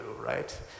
right